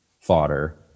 fodder